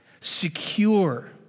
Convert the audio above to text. secure